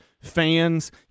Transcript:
fans